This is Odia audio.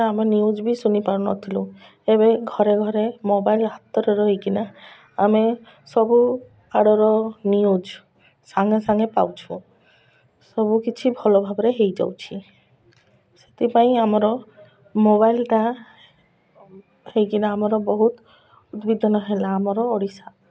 ଆମେ ନ୍ୟୁଜ୍ ବି ଶୁଣିପାରୁନଥିଲୁ ଏବେ ଘରେ ଘରେ ମୋବାଇଲ୍ ହାତରେ ରହିକିନା ଆମେ ସବୁ ଆଡ଼ର ନ୍ୟୁଜ୍ ସାଙ୍ଗେ ସାଙ୍ଗେ ପାଉଛୁ ସବୁକିଛି ଭଲ ଭାବରେ ହୋଇଯାଉଛି ସେଥିପାଇଁ ଆମର ମୋବାଇଲ୍ଟା ହୋଇକିନା ଆମର ବହୁତ ଉଦ୍ଭିଦନ ହେଲା ଆମର ଓଡ଼ିଶା